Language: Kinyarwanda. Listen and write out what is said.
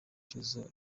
cyuzuzo